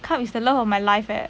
carbs is the love of my life eh